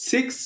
Six